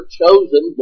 chosen